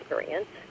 experience